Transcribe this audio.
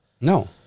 No